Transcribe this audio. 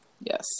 yes